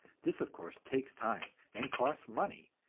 this, of course, takes time and costs money,